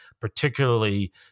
particularly